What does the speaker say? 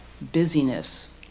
Busyness